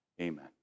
Amen